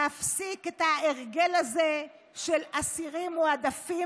להפסיק את ההרגל הזה של אסירים מועדפים,